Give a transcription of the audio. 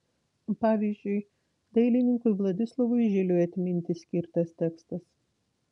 pavyzdžiui dailininkui vladislovui žiliui atminti skirtas tekstas